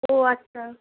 ও আচ্ছা